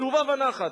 בשובה ונחת.